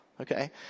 okay